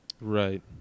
Right